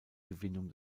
gewinnung